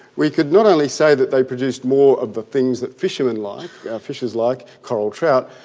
we could not only say that they produced more of the things that fishermen like, our fishers like coral trout,